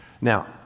Now